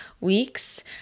weeks